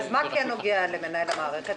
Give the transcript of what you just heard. אז מה כן נוגע למנהל המערכת?